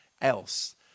else